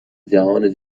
جهان